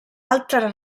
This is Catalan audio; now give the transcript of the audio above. altres